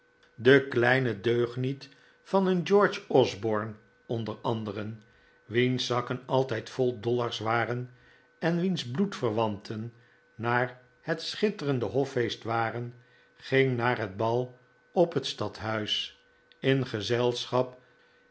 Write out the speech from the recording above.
die kleine deugniet van een george osborne onder anderen wiens zakken altijd vol dollars waren en wiens bloedverwanten naar het schitterende hoffeest waren ging naar het bal op het stadhuis in gezelschap